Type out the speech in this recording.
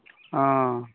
ᱳ